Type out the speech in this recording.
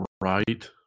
Right